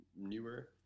newer